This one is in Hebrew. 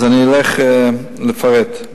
אני מפרט: